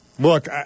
Look